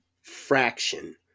fraction